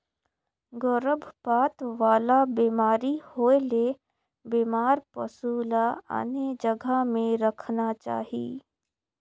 गरभपात वाला बेमारी होयले बेमार पसु ल आने जघा में रखना चाही